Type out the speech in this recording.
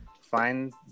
Find